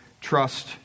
trust